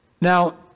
Now